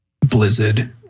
Blizzard